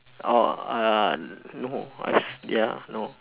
oh uh no uh ya no